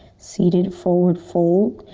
seated forward fold.